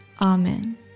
Amen